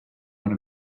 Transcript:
want